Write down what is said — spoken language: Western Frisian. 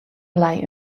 lei